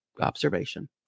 observation